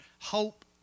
hope